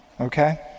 okay